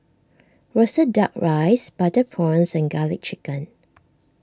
Roasted Duck Rice Butter Prawns and Garlic Chicken